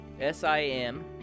S-I-M-